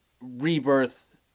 rebirth